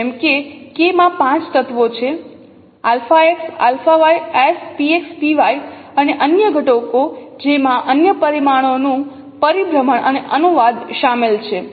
જેમકે K માં 5 તત્વો છે αx αy s px py અને અન્ય ઘટકો જેમાં અન્ય પરિમાણો નું પરિભ્રમણ અને અનુવાદ શામેલ છે